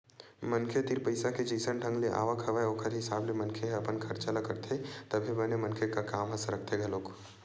मनखे तीर पइसा के जइसन ढंग ले आवक हवय ओखर हिसाब ले मनखे ह अपन खरचा ल करथे तभे बने मनखे के काम ह सरकथे घलोक